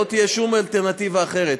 לא תהיה שום אלטרנטיבה אחרת.